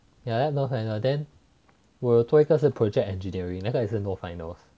ya then no finals then 我有做一个是 project engineering 那个也是 no final